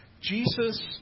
Jesus